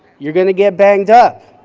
you're gonna get banged up,